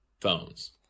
phones